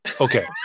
Okay